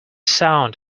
sound